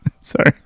sorry